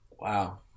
wow